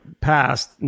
passed